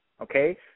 okay